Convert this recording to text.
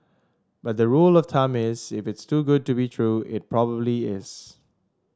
but the rule of thumb is if it's too good to be true it probably is